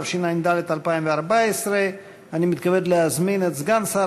התשע"ד 2014. אני מתכבד להזמין את סגן שר